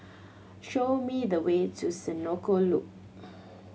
show me the way to Senoko Loop